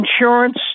insurance